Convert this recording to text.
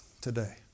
today